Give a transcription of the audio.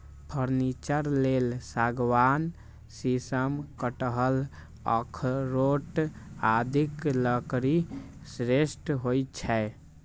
furniture लेल सागवान, शीशम, कटहल, अखरोट आदिक लकड़ी श्रेष्ठ होइ छै